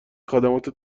خدمات